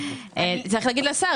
צריך להגיד לשר,